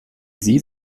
sie